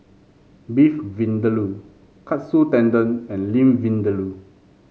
Beef Vindaloo Katsu Tendon and Limb Vindaloo